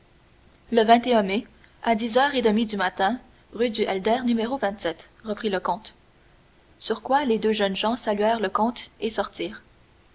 le mai à dix heures et demie du matin rue du helder no reprit le comte sur quoi les deux jeunes gens saluèrent le comte et sortirent